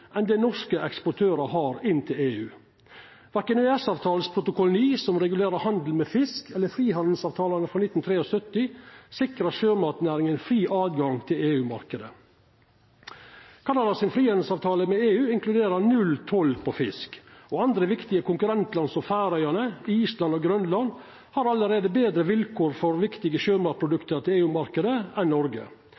enn det norske eksportørar har. Verken protokoll 9 i EØS-avtalen, som regulerer handel med fisk, eller frihandelsavtalane frå 1973 sikrar sjømatnæringa fri tilgang til EU-marknaden. Canadas frihandelsavtale med EU inkluderer nulltoll på fisk, og andre viktige konkurrentland som Færøyane, Island og Grønland har allereie betre vilkår for viktige